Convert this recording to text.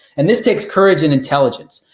and this takes courage and intelligence.